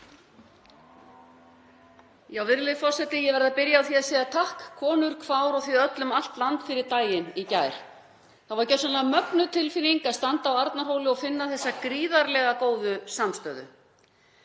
Virðulegi forseti. Ég verð að byrja á því að segja: Takk, konur, kvár og þið öll um allt land fyrir daginn í gær. Það var gjörsamlega mögnuð tilfinning að standa á Arnarhóli og finna þessa gríðarlega góðu samstöðu.